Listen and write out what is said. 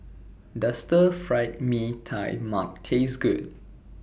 Does Stir Fried Mee Tai Mak Taste Good